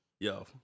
Yo